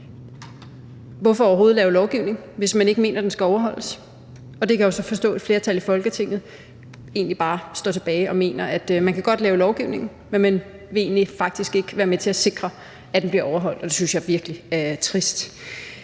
Hvorfor overhovedet lave lovgivning, hvis man ikke mener, at den skal overholdes? Der kan jeg jo så forstå, at et flertal i Folketinget egentlig bare står tilbage og mener, at man godt kan lave lovgivningen, men at man faktisk ikke vil være med til at sikre, at den bliver overholdt, og det synes jeg virkelig er trist.